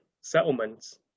settlements